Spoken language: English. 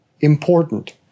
important